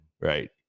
Right